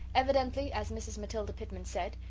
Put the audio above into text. evidently, as mrs. matilda pitman said,